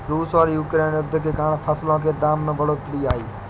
रूस और यूक्रेन युद्ध के कारण फसलों के दाम में बढ़ोतरी आई है